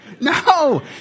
No